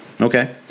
Okay